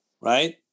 Right